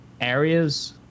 areas